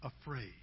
afraid